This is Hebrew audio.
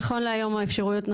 נכון להיום האפשרויות הן,